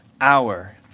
hour